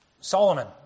Solomon